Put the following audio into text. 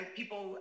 people